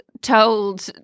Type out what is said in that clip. told